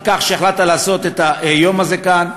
על כך שהחלטת לעשות את היום הזה כאן,